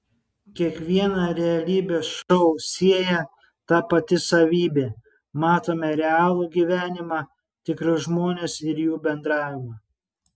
kiekvieną realybės šou sieja ta pati savybė matome realų gyvenimą tikrus žmones ir jų bendravimą